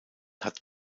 hatte